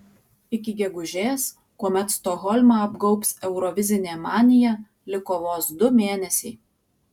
iki gegužės kuomet stokholmą apgaubs eurovizinė manija liko vos du mėnesiai